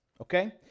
okay